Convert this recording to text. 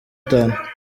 gatanu